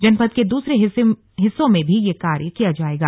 जनपद के दूसरे हिस्सों में भी ये कार्य किया जाएगा